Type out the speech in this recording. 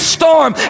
storm